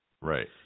Right